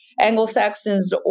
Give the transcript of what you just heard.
Anglo-Saxons